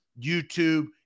YouTube